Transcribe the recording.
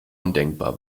undenkbar